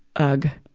ugh!